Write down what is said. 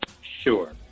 Sure